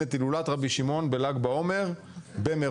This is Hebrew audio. את הילולת רבי שמעון בל"ג בעומר במירון,